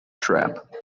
trap